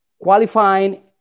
qualifying